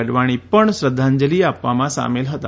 અડવાણી પણ શ્રદ્ધાંજલિ આપવામાં સામેલ હતા